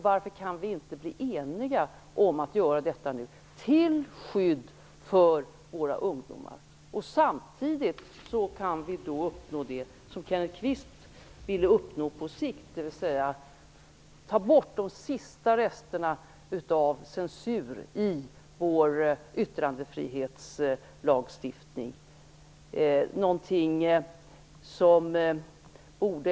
Varför kan vi inte enas om att göra detta nu, till skydd för våra ungdomar? Samtidigt kan vi uppnå det som Kenneth Kvist ville uppnå på sikt, dvs. att de sista resterna av censur i vår yttrandefrihetslagstiftning tas bort.